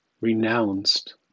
renounced